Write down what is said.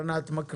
בבקשה.